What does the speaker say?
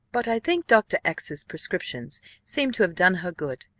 but i think dr. x s prescriptions seem to have done her good,